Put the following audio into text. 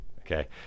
Okay